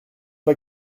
pas